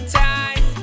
time